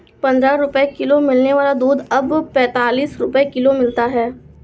पंद्रह रुपए किलो मिलने वाला दूध अब पैंतालीस रुपए किलो मिलता है